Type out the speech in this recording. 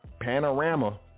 panorama